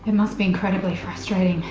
and must be incredibly frustrating.